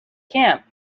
camp